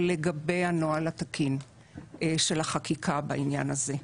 לגבי הנוהל התקין של החקיקה בעניין הזה.